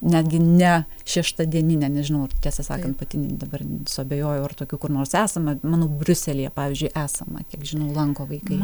netgi ne šeštadieninę nežinau ar tiesą sakant patin dabar suabejojau ar tokių kur nors esama manau briuselyje pavyzdžiui esama kiek žinau lanko vaikai